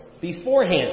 beforehand